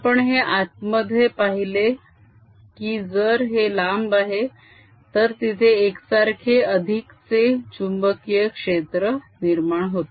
आपण हे आतमध्ये पाहिले की जर हे लांब आहे तर तिथे एकसारखे अधिकचे चुंबकीय क्षेत्र निर्माण होते